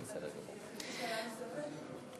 שאלה נוספת.